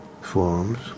forms